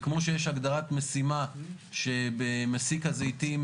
וכמו שיש הגדרת משימה שמסיק הזיתים